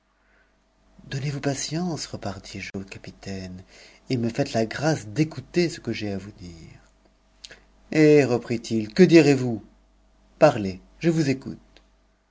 donnez-vous patience repartis-je au capit m et me faites la grâce d'écouter ce que j'ai à vous dire hé bien i que direz-vous parlez je vous écoute